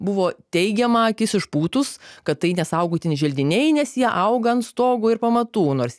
buvo teigiama akis išpūtus kad tai ne saugotini želdiniai nes jie auga ant stogo ir pamatų nors